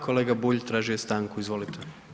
Kolega Bulj, tražio je stanku, izvolite.